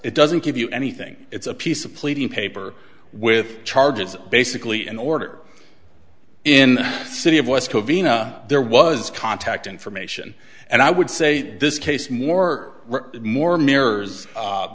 it doesn't give you anything it's a piece of pleading paper with charges basically in order in the city of west covina there was contact information and i would say this case more and more mirrors